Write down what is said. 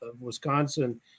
wisconsin